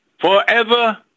forever